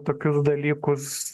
tokius dalykus